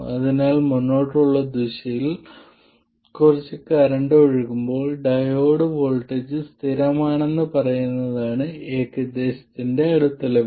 അതിനാൽ മുന്നോട്ടുള്ള ദിശയിൽ കുറച്ച് കറന്റ് ഒഴുകുമ്പോൾ ഡയോഡ് വോൾട്ടേജ് സ്ഥിരമാണെന്ന് പറയുന്നതാണ് ഏകദേശത്തിന്റെ അടുത്ത ലെവൽ